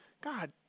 God